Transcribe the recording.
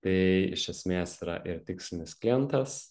tai iš esmės yra ir tikslinis klientas